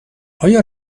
آیا